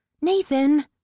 Nathan